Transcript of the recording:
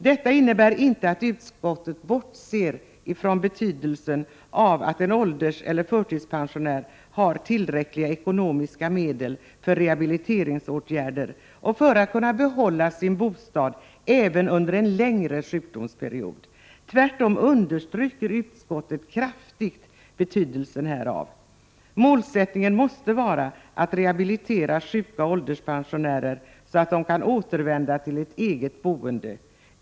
Detta innebär inte att utskottet bortser från betydelsen av att en ålderseller förtidspensionär har ekonomiska medel för rehabiliteringsåtgärder och för att kunna behålla sin bostad även under en längre sjukdomsperiod. Tvärtom understryker utskottet kraftigt betydelsen härav. Målsättningen måste vara att rehabilitera sjuka ålderspensionärer så att de kan återvända till ett eget boende.